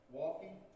walking